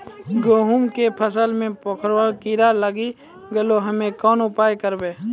गेहूँ के फसल मे पंखोरवा कीड़ा लागी गैलै हम्मे कोन उपाय करबै?